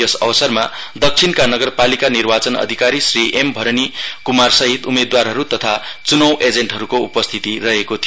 यस अवसरहमा दक्षिणका नगरपालिका निर्वाचन अधिकारी श्री एम भरणी क्मारसहित उम्मदेवारहरू तथा चुनाउ एजेन्टहरूको उपस्थिति रहेको थियो